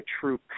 true